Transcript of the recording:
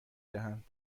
دهند